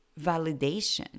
validation